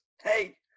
Hey